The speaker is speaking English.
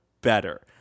better